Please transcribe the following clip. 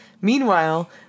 Meanwhile